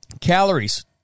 Calories